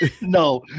No